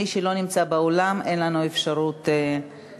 מי שלא נמצא באולם, אין לנו אפשרות להמתין.